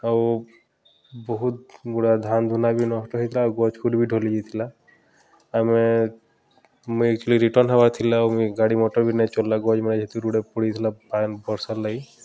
ଆଉ ବହୁତ୍ ଗୁଡ଼ା ଧାନ ଧୁନା ବି ନଷ୍ଟ ହେଇଥିଲା ଆଉ ଗଛ୍ ଖୁଟ୍ ବି ଢଲି ଯାଇଥିଲା ଆମେ ମୁଇଁ ଏକ୍ଚୁଲି ରିଟର୍ନ୍ ହେବାର୍ ଥିଲା ଆଉ ମୁଇଁ ଗାଡ଼ି ମଟର୍ ବି ନାଇଁ ଚଲ୍ଲା ଗଛ୍ମାନେ ଯେହେତୁ ରୁଡ଼େ ପଡ଼ିଥିଲା ବର୍ଷାର୍ ଲାଗି